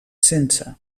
sense